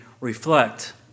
reflect